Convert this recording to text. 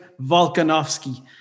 Volkanovsky